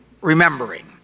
remembering